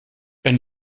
wenn